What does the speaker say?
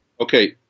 Okay